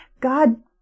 God